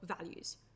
values